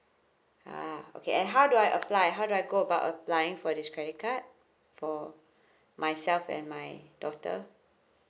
ah okay and how do I apply how do I go about applying for this credit card for myself and my daughter